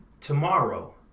Tomorrow